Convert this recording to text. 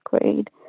grade